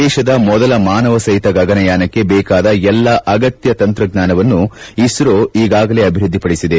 ದೇಶದ ಮೊದಲ ಮಾನವಸಒತ ಗಗನಯಾನಕ್ಕೆ ಬೇಕಾದ ಎಲ್ಲ ಅಗತ್ಯ ತಂತ್ರಜ್ಞಾನವನ್ನು ಇಸ್ರೋ ಈಗಾಗಲೇ ಅಭಿವೃದ್ಧಿಪಡಿಸಿದೆ